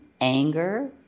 anger